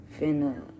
finna